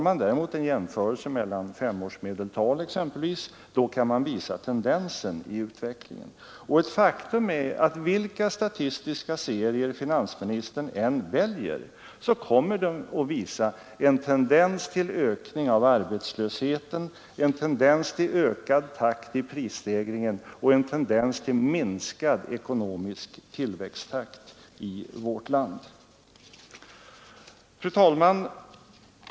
Med en jämförelse mellan exempelvis femårsmedeltal kan man påvisa tendensen i utvecklingen. Och ett faktum är att vilka statistiska serier finansministern än väljer så visar de en tendens till ökning av arbetslösheten, en tendens till ökad takt i prisstegringen och en tendens till minskad ekonomisk tillväxttakt i vårt land. Fru talman!